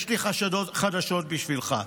יש לי חדשות בשבילך.